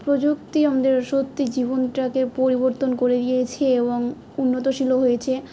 প্রযুক্তি আমদের সত্যি জীবনটাকে পরিবর্তন করে দিয়েছে এবং উন্নতশীল হয়েছে